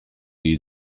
you